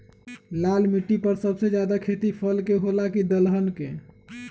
लाल मिट्टी पर सबसे ज्यादा खेती फल के होला की दलहन के?